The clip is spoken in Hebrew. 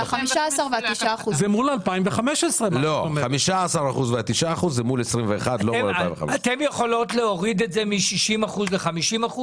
ה-15% וה-9% זה מול 2021. אתן יכולות להוריד את זה מ-60% ל-50%?